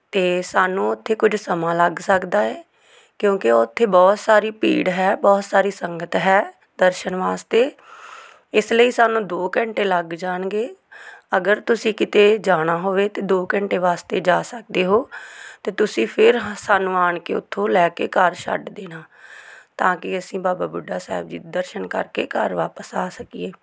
ਅਤੇ ਸਾਨੂੰ ਉੱਥੇ ਕੁਝ ਸਮਾਂ ਲੱਗ ਸਕਦਾ ਹੈ ਕਿਉਂਕਿ ਉੱਥੇ ਬਹੁਤ ਸਾਰੀ ਭੀੜ ਹੈ ਬਹੁਤ ਸਾਰੀ ਸੰਗਤ ਹੈ ਦਰਸ਼ਨ ਵਾਸਤੇ ਇਸ ਲਈ ਸਾਨੂੰ ਦੋ ਘੰਟੇ ਲੱਗ ਜਾਣਗੇ ਅਗਰ ਤੁਸੀਂ ਕਿਤੇ ਜਾਣਾ ਹੋਵੇ ਤਾਂ ਦੋ ਘੰਟੇ ਵਾਸਤੇ ਜਾ ਸਕਦੇ ਹੋ ਅਤੇ ਤੁਸੀਂ ਫਿਰ ਹ ਸਾਨੂੰ ਆਣ ਕੇ ਉੱਥੋਂ ਲੈ ਕੇ ਘਰ ਛੱਡ ਦੇਣਾ ਤਾਂ ਕਿ ਅਸੀਂ ਬਾਬਾ ਬੁੱਢਾ ਸਾਹਿਬ ਜੀ ਦਰਸ਼ਨ ਕਰਕੇ ਘਰ ਵਾਪਸ ਆ ਸਕੀਏ